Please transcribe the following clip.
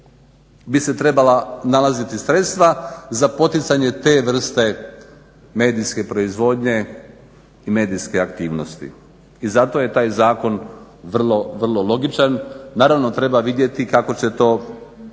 bi se trebala nalaziti sredstva za poticanje te vrste medijske proizvodnje i medijske aktivnosti. I zato je taj zakon vrlo, vrlo logičan. Naravno treba vidjeti kako će to